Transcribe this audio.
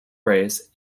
race